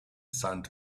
sand